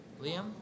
Liam